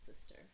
sister